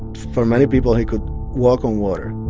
for many people, he could walk on water